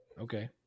Okay